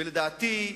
ולדעתי,